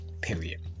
Period